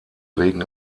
wegen